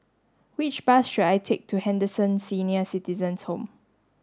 which bus should I take to Henderson Senior Citizens' Home